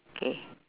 okay